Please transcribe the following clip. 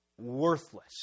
worthless